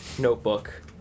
notebook